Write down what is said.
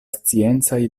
sciencaj